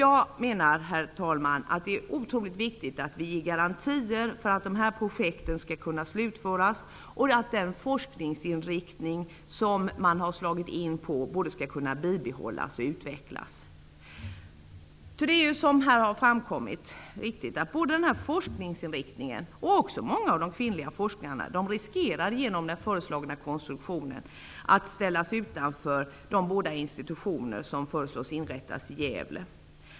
Jag menar att det är otroligt viktigt att ge garantier för att dessa projekt skall kunna slutföras och att den forskningsinriktning som man har slagit in på både skall kunna bibehållas och utvecklas. Som här har framkommit riskerar både denna forskningsinriktning samt också många av de kvinnliga forskarna genom den föreslagna konstruktionen att ställas utanför de båda institutioner som föreslås inrättas i Gävle.